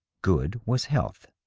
good was health.